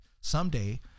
someday